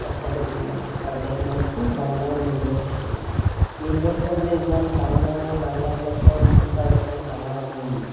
ৰাস্তা পদূলিবিলাক আৰু তাত মানে খুব ডাঙৰ ডাঙৰ নিমগছ দেখিলোঁ নিমগছবিলাক মানে ইমান ডাঙৰ ডাঙৰ বাংলাবিলাকৰ মুখৰ আগত মানে ডাঙৰ ডাঙৰ নিম আৰু